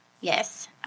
Yes